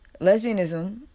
lesbianism